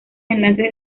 enlaces